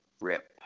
rip